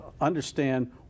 understand